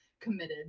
committed